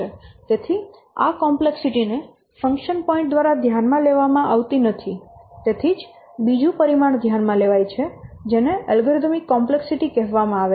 તેથી આ કોમ્પ્લેક્સિટી ને ફંક્શન પોઇન્ટ દ્વારા ધ્યાનમાં લેવામાં આવતી નથી તેથી જ બીજું પરિમાણ ધ્યાન માં લેવાય છે જેને અલ્ગોરિધમિક કોમ્પ્લેક્સિટી કહેવામાં આવે છે